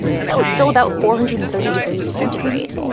but that was still about four hundred and thirty degrees centigrade.